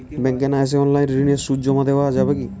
ব্যাংকে না এসে অনলাইনে ঋণের সুদ জমা দেওয়া যাবে কি?